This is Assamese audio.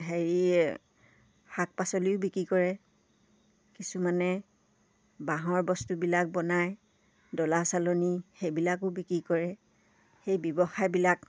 হেৰি শাক পাচলিও বিক্ৰী কৰে কিছুমানে বাঁহৰ বস্তুবিলাক বনায় ডলা চালনী সেইবিলাকো বিক্ৰী কৰে সেই ব্যৱসায়বিলাক